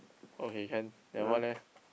okay can that one leh